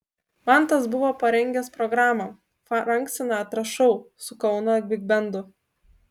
mantas buvo parengęs programą frank sinatra šou su kauno bigbendu